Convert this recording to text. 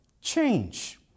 change